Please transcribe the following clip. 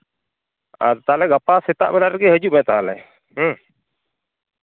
ᱟᱨ ᱛᱟᱦᱚᱞᱮ ᱜᱟᱯᱟ ᱥᱮᱛᱟᱜ ᱵᱮᱲᱟ ᱨᱮᱜᱮ ᱦᱟᱹᱡᱩᱜ ᱢᱮ ᱛᱟᱦᱚᱞᱮ ᱦᱮᱸ